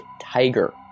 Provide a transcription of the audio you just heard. tiger